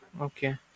Okay